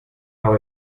hau